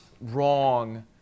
wrong